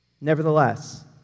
Nevertheless